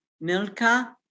Milka